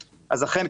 אכן,